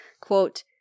Quote